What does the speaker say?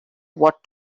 what